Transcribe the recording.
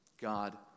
God